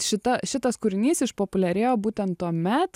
šita šitas kūrinys išpopuliarėjo būtent tuomet